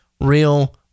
real